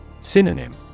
Synonym